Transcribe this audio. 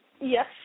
Yes